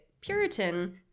Puritan